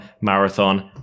Marathon